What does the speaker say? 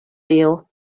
tio